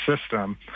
system